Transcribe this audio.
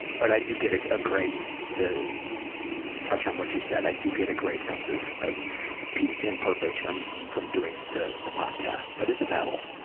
but i do get a a great, to touch on what you said, i do get a great sense of ah peace and purpose from from doing the the podcast, but it's a battle.